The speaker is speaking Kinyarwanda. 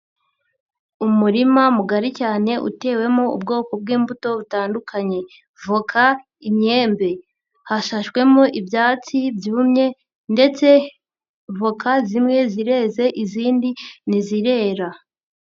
Umurima mugari cyane utewemo ubwoko bw'imbuto butandukanye voka, imyembe. Hashashwemo ibyatsi byumye ndetse voka zimwe zireze izindi ntizirera.